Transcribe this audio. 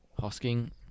Hosking